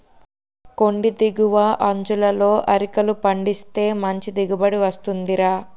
కొండి దిగువ అంచులలో అరికలు పండిస్తే మంచి దిగుబడి వస్తుందిరా